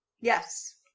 Yes